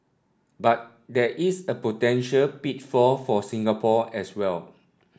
but there is a potential pitfall for Singapore as well